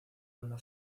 lola